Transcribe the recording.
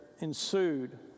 ensued